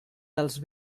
dels